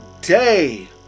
day